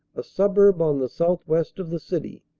a suburb on the southwest of the city,